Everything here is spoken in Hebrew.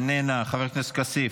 איננה, חבר הכנסת כסיף,